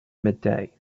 midday